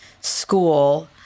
school